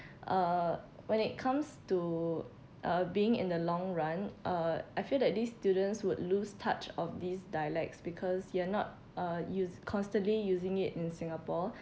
uh when it comes to uh being in the long run uh I feel that these students would lose touch of these dialects because you're not uh use constantly using it in singapore